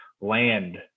land